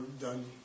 done